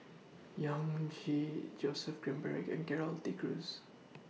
Yong Chee Joseph Grimberg and Gerald De Cruz